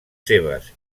seves